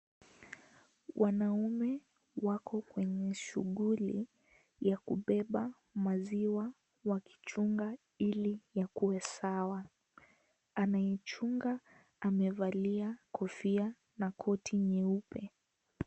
Wanaume wako kwenye shughuli ya kubeba maziwa wakichunga hili yakuwe sawa anayeichunga amevalia kofia na koti nyeupe.